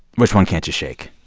which one can't you shake?